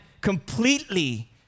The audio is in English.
completely